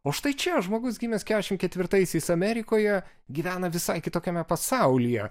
o štai čia žmogus gimęs kešim ketvirtaisiais amerikoje gyvena visai kitokiame pasaulyje